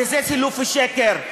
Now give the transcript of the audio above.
וזה סילוף ושקר,